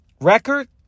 record